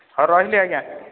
ହଉ ରହିଲି ଆଜ୍ଞା